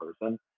person